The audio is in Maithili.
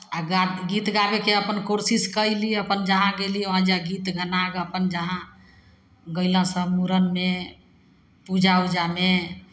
आ गा गीत गाबयके अपन कोशिश कयली अपन जहाँ गेली वहाँ जे गीत गानाके अपन जहाँ गयला सभ मूड़नमे पूजा उजामे